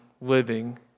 living